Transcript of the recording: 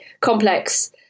complex